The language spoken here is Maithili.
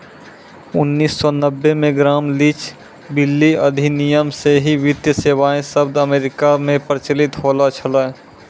उन्नीस सौ नब्बे मे ग्राम लीच ब्लीली अधिनियम से ही वित्तीय सेबाएँ शब्द अमेरिका मे प्रचलित होलो छलै